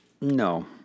No